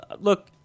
look